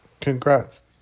Congrats